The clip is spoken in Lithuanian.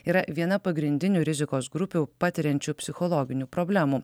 yra viena pagrindinių rizikos grupių patiriančių psichologinių problemų